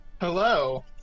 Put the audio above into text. hello